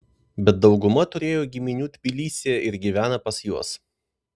bet dauguma turėjo giminių tbilisyje ir gyvena pas juos